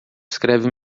escreve